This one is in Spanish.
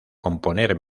componer